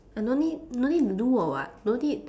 uh no need no need to do work [what] no need